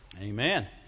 Amen